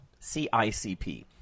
CICP